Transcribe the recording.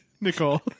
Nicole